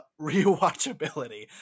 Rewatchability